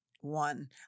one